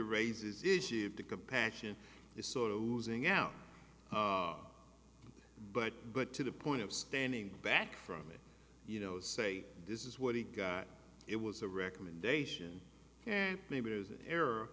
raises issues of the compassion is sort of losing out but but to the point of standing back from it you know say this is what he got it was a recommendation and maybe it was an error